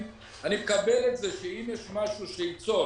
שנית, אני מקבל את זה שאם יש משהו שייצור